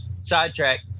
sidetrack